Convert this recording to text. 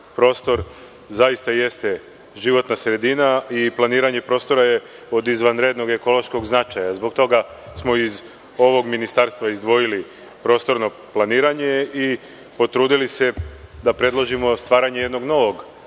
Prostor zaista jeste životna sredina i planiranje prostora je od izvanrednog ekološkog značaja. Zbog toga smo iz ovog ministarstva izdvojili prostorno planiranje i potrudili se da predložimo stvaranje jednog novog